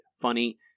funny